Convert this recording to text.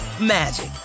magic